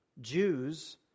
Jews